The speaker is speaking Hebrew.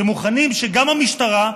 שמוכנים שגם המשטרה,